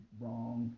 wrong